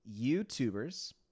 YouTubers